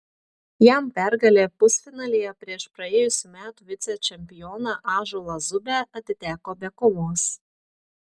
jam pergalė pusfinalyje prieš praėjusių metų vicečempioną ąžuolą zubę atiteko be kovos